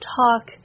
talk